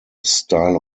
style